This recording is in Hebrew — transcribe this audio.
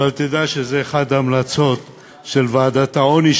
אבל תדע שזאת אחת ההמלצות של ועדת העוני,